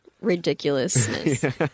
ridiculousness